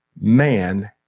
man